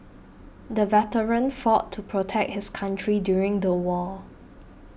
the veteran fought to protect his country during the war